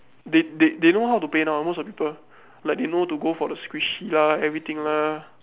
they they they don't know how to play now most of the people like they know to go for the squishy lah everything lah